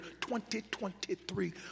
2023